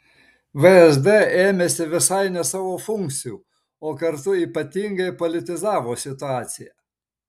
vsd ėmėsi visai ne savo funkcijų o kartu ypatingai politizavo situaciją